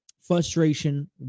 frustration